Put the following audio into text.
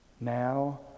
Now